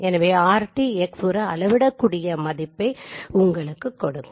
எனவே rTX ஒரு அளவிடகூடிய மதிப்பை உங்களுக்கு க் கொடுக்கும்